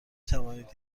توانید